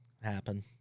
happen